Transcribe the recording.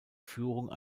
führung